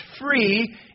free